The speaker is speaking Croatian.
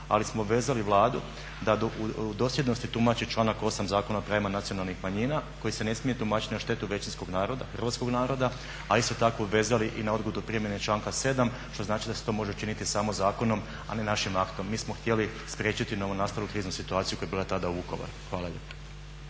ali smo obvezali Vladu da u dosljednosti tumači članak 8. Zakona o pravima nacionalnih manjina koji se ne smije tumačiti na štetu većinskog hrvatskog naroda. A isto tako obvezali i na odgodu primjene članka 7. što znači da se to može učiniti samo zakonom, a ne našim aktom. Mi smo htjeli spriječiti novonastalu kriznu situaciju koja je bila tada u Vukovaru. Hvala lijepo.